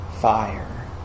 fire